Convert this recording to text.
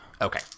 Okay